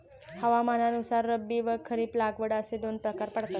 हवामानानुसार रब्बी व खरीप लागवड असे दोन प्रकार पडतात